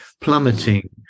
plummeting